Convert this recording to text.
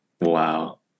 Wow